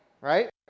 right